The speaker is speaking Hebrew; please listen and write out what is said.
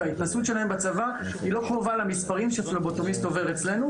וההתנסות שלהם בצבא לא קרובה למספרים שפלבוטומיסט עובר אצלנו.